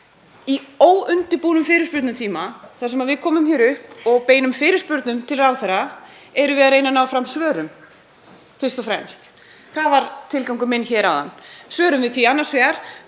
Í óundirbúnum fyrirspurnatíma, þar sem við komum hér upp og beinum fyrirspurnum til ráðherra, erum við að reyna að ná fram svörum fyrst og fremst. Það var tilgangur minn áðan, að fá svör við því annars